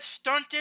stunted